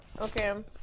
Okay